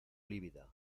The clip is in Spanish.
lívida